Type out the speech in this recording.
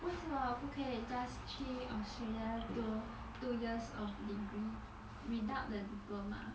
为什么不可以 just 去 australia 读 two years of degree without the diploma